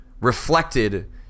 reflected